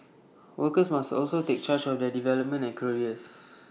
workers must also take charge of their development and careers